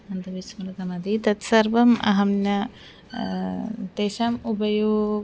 अन्ते विस्मृतमिति तत्सर्वम् अहं न तेषाम् उपयोगं